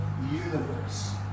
universe